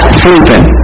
sleeping